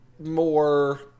More